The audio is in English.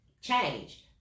changed